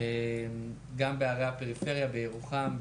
גם בערי הפריפריה בירוחם,